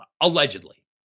Allegedly